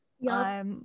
Yes